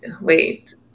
wait